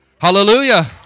Hallelujah